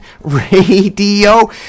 Radio